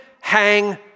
Hang